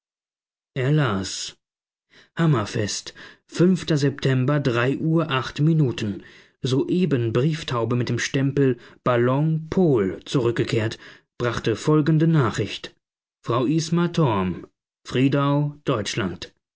er las am fest september uhr minuten soeben brieftaube mit dem stempel ballon pol zurückgekehrt brachte folgende nachricht frau isma